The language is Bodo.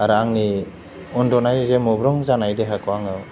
आरो आंनि उन्दुनाय जे मुब्रुं जानाय देहाखौ आङो